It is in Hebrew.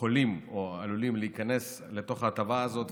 יכולים או עלולים להיכנס לתוך ההטבה הזאת,